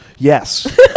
Yes